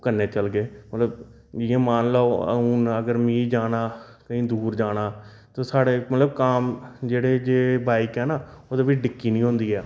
ओह् कन्नै चलगे मतलब जि'यां मन्नी लैओ अगर हून मी जि'यां जाना कुतै दूर जाना ते साढ़े मतलब कम्म जेह्ड़े जे बाइक ऐ ना ओह्दे बिच डिक्की निं होंदी ऐ